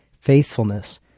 faithfulness